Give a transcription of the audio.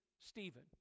Stephen